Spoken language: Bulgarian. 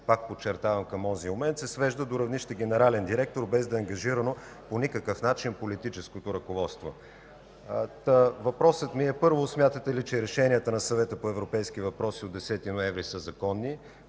пак подчертавам – към онзи момент, се свежда до равнище генерален директор, без да е ангажирано по никакъв начин политическото ръководство. Въпросът ми е: смятате ли, че решенията на Съвета по европейски въпроси от 10 ноември са законни,